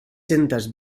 centes